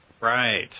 Right